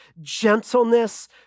gentleness